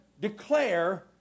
declare